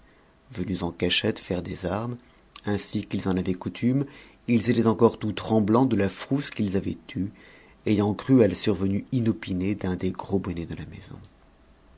venus en cachette faire des armes ainsi qu'ils avaient coutume ils étaient encore tout tremblants de la frousse qu'ils avaient eue ayant cru à la survenue inopinée d'un des gros bonnets de la maison